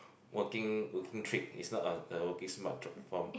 working working trick is not a a working smart